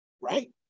right